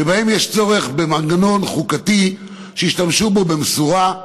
שבהם יש צורך במנגנון חוקתי שישתמשו בו במשורה,